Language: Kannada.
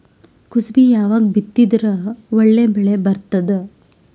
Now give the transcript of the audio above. ಕುಸಬಿ ಯಾವಾಗ ಬಿತ್ತಿದರ ಒಳ್ಳೆ ಬೆಲೆ ಬರತದ?